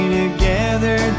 together